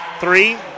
three